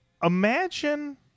Imagine